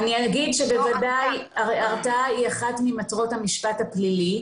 אני אגיד שבוודאי ההרתעה היא אחת ממטרות המשפט הפלילי,